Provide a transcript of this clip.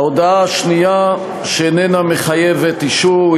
ההודעה השנייה שאיננה מחייבת אישור,